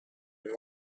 and